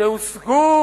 שהושגו